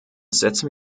setzen